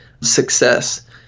success